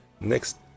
Next